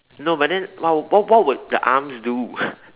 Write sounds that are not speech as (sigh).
no but then what what what would the arms do (laughs)